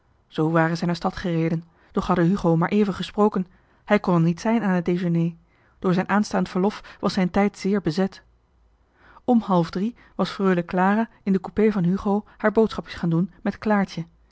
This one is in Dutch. zoo waren zij naar stad gereden doch hadden hugo maar even gesproken hij kon er niet zijn aan het dejeuner door zijn aanstaand verlof was zijn tijd zeer bezet om half drie was freule clara in den coupé van hugo haar boodschapjes gaan doen met claartje